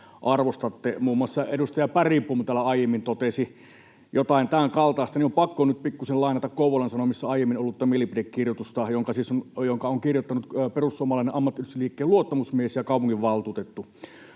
arvostatte, muun muassa edustaja Bergbom täällä aiemmin totesi jotain tämän kaltaista. On pakko nyt pikkuisen lainata Kouvolan Sanomissa aiemmin ollutta mielipidekirjoitusta, jonka on kirjoittanut perussuomalainen ammattiyhdistysliikkeen luottamusmies ja kaupunginvaltuutettu: